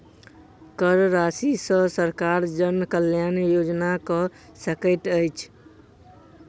कर राशि सॅ सरकार जन कल्याण योजना कअ सकैत अछि